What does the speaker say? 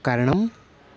कारणं